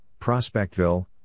Prospectville